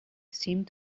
seemed